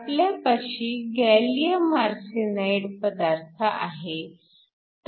आपल्यापाशी gallium arsenide पदार्थ आहे